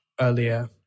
earlier